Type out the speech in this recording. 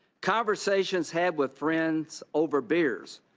conversations had with friends over beers,